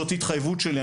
זו התחייבות שלי.